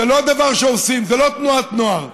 זה לא דבר שעושים, זה לא תנועת נוער.